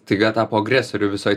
staiga tapo agresoriu visoj